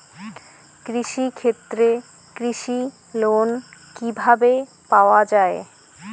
কৃষি ক্ষেত্রে কৃষি লোন কিভাবে পাওয়া য়ায়?